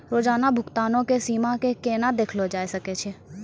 रोजाना भुगतानो के सीमा के केना देखलो जाय सकै छै?